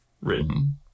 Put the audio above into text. written